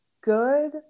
good